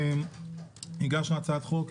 אנחנו הגשנו הצעת חוק,